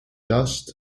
dust